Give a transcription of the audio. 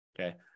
Okay